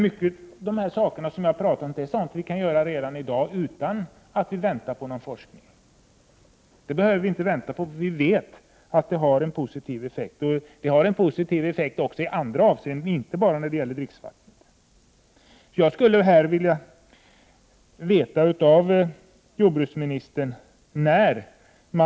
Gränsvärden finns i dag för ett flertal mikrobiologiska och kemiska ämnen i dricksvattnet.